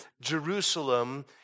Jerusalem